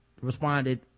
responded